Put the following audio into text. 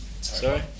Sorry